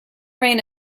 reign